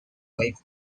wife